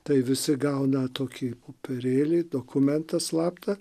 tai visi gauna tokį popierėlį dokumentą slaptą